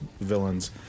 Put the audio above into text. villains